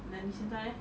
then 你现在 leh